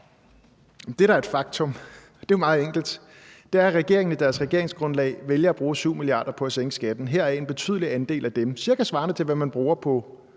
det, der er et faktum, er, at regeringen i dens regeringsgrundlag vælger at bruge 7 mia. kr. på at sænke skatten, heraf en betydelig andel af dem, cirka svarende til, hvad man får ind på